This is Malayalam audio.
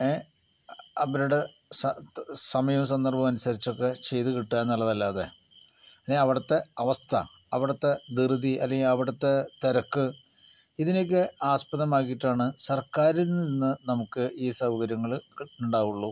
അവരുടെ സമയവും സന്ദർഭവും അനുസരിച്ചൊക്കെ ചെയ്ത് കിട്ടുകയെന്നല്ലാതെ അല്ലെങ്കിൽ അവിടുത്തെ അവസ്ഥ അവിടുത്തെ ധൃതി അല്ലെങ്കിൽ അവടുത്തെ തിരക്ക് ഇതിനൊക്കെ ആസ്പദമാക്കിയിട്ടാണ് സർക്കാറിൽ നിന്ന് നമുക്ക് ഈ സൗകര്യങ്ങള് ഉണ്ടാവുകയുള്ളൂ